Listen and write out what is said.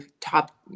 top